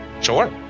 sure